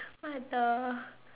what the